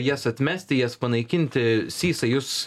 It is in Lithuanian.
jas atmesti jas panaikinti sysai jūs